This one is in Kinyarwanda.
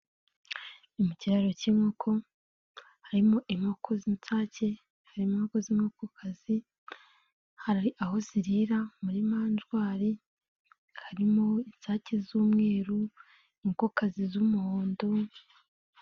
Ni mukiraro cy'inkoko harimo inkoko z'insake, harimo inko z'inoko kazi, hari aho zirira muri monjwari, harimo insake z'umweru, inkoko kazi z'umuhondo.